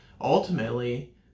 Ultimately